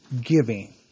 giving